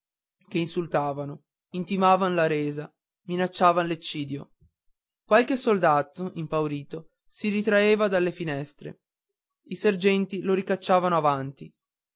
che insultavano intimavan la resa minacciavan l'eccidio qualche soldato impaurito si ritraeva dalle finestre i sergenti lo ricacciavano avanti